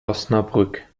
osnabrück